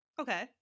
Okay